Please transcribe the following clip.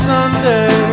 Sunday